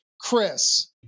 Chris